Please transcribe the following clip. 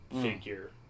figure